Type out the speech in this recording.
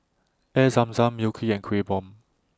Air Zam Zam Mui Kee and Kueh Bom